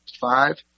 five